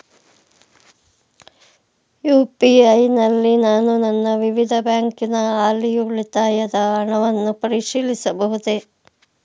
UPI ನಲ್ಲಿ ನಾನು ನನ್ನ ವಿವಿಧ ಬ್ಯಾಂಕಿನ ಹಾಲಿ ಉಳಿತಾಯದ ಹಣವನ್ನು ಪರಿಶೀಲಿಸಬಹುದೇ?